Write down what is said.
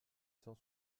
cent